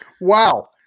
Wow